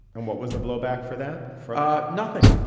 and what was the blowback for that? for nothing.